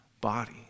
body